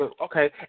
Okay